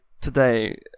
today